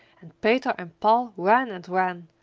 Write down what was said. and peter and paul ran and ran,